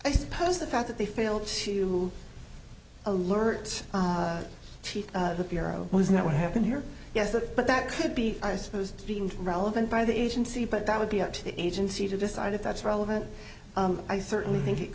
i suppose the fact that they failed to alert the bureau was not what happened here yes that but that could be i suppose deemed relevant by the agency but that would be up to the agency to decide if that's relevant i certainly think it